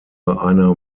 einer